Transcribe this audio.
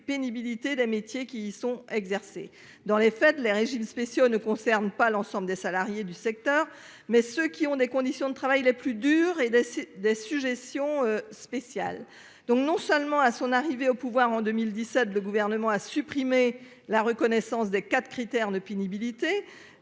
pénibilité des métiers qui sont exercés dans les fêtes, les régimes spéciaux ne concerne pas l'ensemble des salariés du secteur. Mais ceux qui ont des conditions de travail les plus dures et des des suggestions spéciales donc non seulement à son arrivée au pouvoir en 2017, le gouvernement a supprimé la reconnaissance des quatre critères de pénibilité